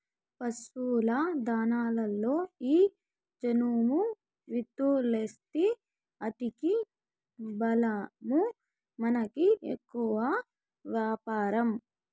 పశుల దాణాలలో ఈ జనుము విత్తూలేస్తీ ఆటికి బలమూ మనకి ఎక్కువ వ్యాపారం